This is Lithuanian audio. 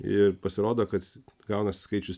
ir pasirodo kad gauna skaičius